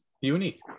unique